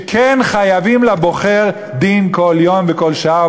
שכן חייבים לבוחר דין כל יום וכל שעה,